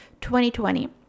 2020